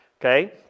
okay